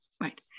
right